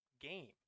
Game